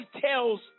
tells